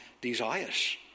desires